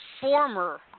former